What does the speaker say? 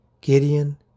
Gideon